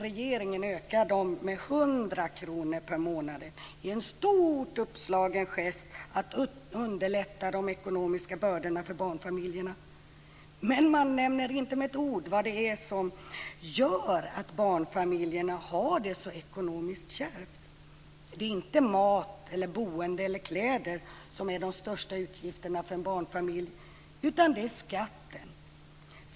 Regeringen vill öka dem med 100 kr per månad i en stort uppslagen gest att underlätta de ekonomiska bördorna för barnfamiljerna. Men man nämner inte med ett ord vad det är som gör att barnfamiljerna har det ekonomiskt så kärvt. Det är inte mat, boende eller kläder som är de största utgifterna för en barnfamilj, utan det är skatten.